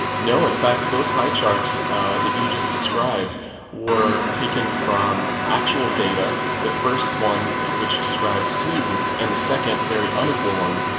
no. in fact, those pie charts that you just described were taken from actual data the first one, which describes sweden, and the second very unequal one,